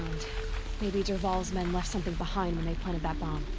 maybe dervahl's men left something behind when they planted that bomb.